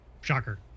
shocker